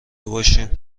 باشیم